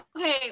Okay